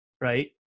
right